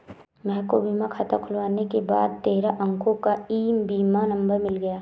महक को बीमा खाता खुलने के बाद तेरह अंको का ई बीमा नंबर मिल गया